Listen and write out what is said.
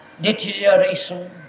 deterioration